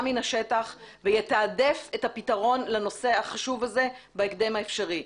מן השטח ויתעדף את הפתרון לנושא החשוב הזה בהקדם האפשרי.